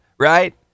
right